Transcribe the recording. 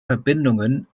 verbindungen